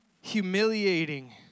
humiliating